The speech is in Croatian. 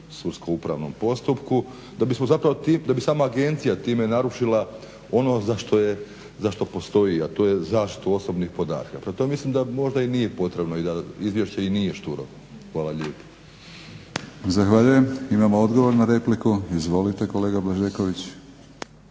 sudskom upravnom postupku, da bi sama agencija time narušila ono za što postoji, a to je zaštita osobnih podataka. Prema tome, mislim da možda i nije potrebno i da izvješće i nije šturo. Hvala lijepo. **Batinić, Milorad (HNS)** Zahvaljujem. Imamo odgovor na repliku. Izvolite kolega Blažeković.